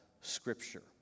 scripture